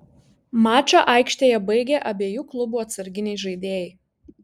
mačą aikštėje baigė abiejų klubų atsarginiai žaidėjai